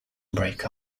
break